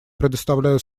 предоставляю